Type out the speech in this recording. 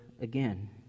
again